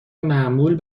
معمول